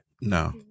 No